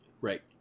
Right